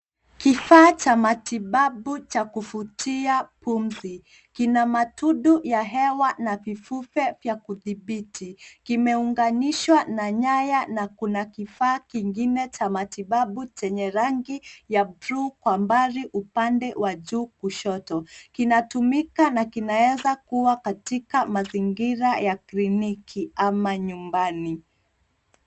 Kifaa cha matibabu cha kuvutia pumzi kina matundu ya hewa na vitufe vya kudhibiti. Kimeunganishwa na nyaya na kuna kifaa kingine cha matibabu chenye rangi ya bluu kwa mbali upande wa juu kushoto. Kinatumika na kinaezakuwa katika mazingira ya kliniki ama nyumbani.